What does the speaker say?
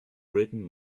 written